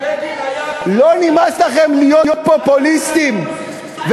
אם בגין היה תבוסתן כמוך